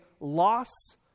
loss